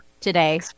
today